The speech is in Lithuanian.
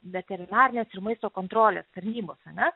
veterinarinės ir maisto kontrolės tarnybos ane